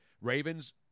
Ravens